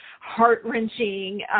heart-wrenching